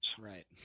Right